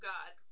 God